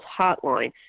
hotline